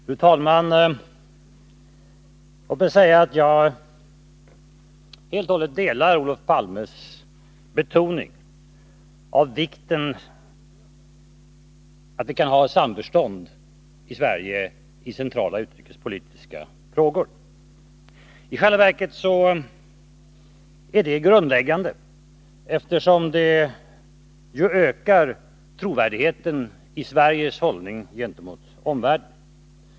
Fru talman! Jag delar helt och hållet Olof Palmes betoning av vikten av samförstånd i Sverige i centrala utrikespolitiska frågor. I själva verket är detta grundläggande, eftersom det ökar trovärdigheten i Sveriges hållning gentemot omvärlden.